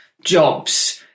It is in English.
jobs